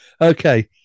okay